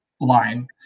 line